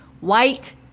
White